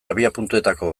abiapuntuetako